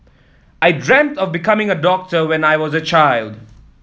I dreamt of becoming a doctor when I was a child